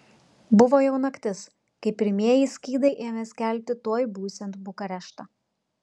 buvo jau naktis kai pirmieji skydai ėmė skelbti tuoj būsiant bukareštą